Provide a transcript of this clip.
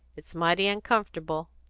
it's mighty uncomfortable.